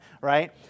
right